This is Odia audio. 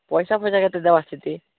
ପଇସା ଫଇସା କେତେ ଦବାର ସେଠି